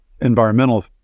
environmental